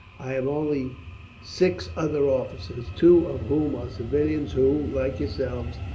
i have only six other officers, two of whom are civilians who like yourselves,